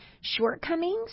shortcomings